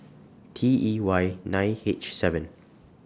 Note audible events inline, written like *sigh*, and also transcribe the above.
*noise* T E Y nine H seven